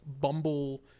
bumble